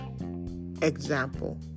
example